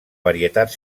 varietat